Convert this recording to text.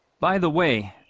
by the way,